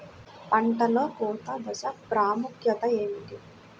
పంటలో కోత దశ ప్రాముఖ్యత ఏమిటి?